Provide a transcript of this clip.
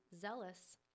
zealous